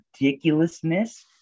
ridiculousness